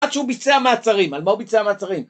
עד שהוא ביצע מעצרים, על מה הוא ביצע המעצרים?